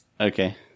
Okay